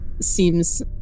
seems